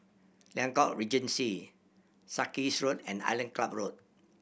Liang Court Regency Sarkies Road and Island Club Road